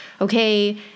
okay